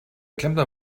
klempner